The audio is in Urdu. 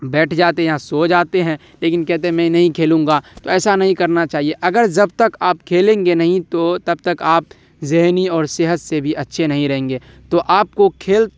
بیٹھ جاتے ہیں یا سو جاتے ہیں لیکن کہتے ہیں میں نہیں کھیلوں گا تو ایسا نہیں کرنا چاہیے اگر جب تک آپ کھیلیں گے نہیں تو تب تک آپ ذہنی اور صحت سے بھی اچھے نہیں رہیں گے تو آپ کو کھیل